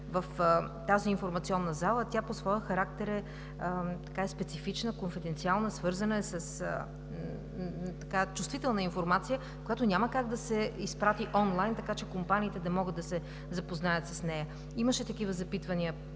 в тази информационна зала, тя по своя характер е специфична, конфиденциална – чувствителна информация, която няма как да се изпрати онлайн, така че компаниите да могат да се запознаят с нея. Имаше такива запитвания